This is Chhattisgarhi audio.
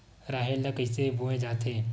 राहेर ल कइसे बोय जाथे?